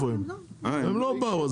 הם לא באו.